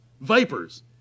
vipers